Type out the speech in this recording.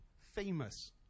famous